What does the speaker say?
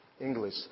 English